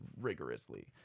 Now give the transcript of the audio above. rigorously